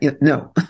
No